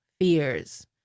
fears